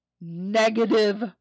negative